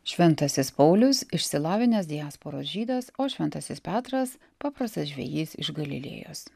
šventasis paulius išsilavinęs diasporos žydas o šventasis petras paprastas žvejys iš galilėjos